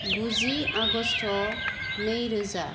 गुजि आगष्ट' नै रोजा